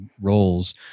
roles